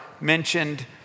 mentioned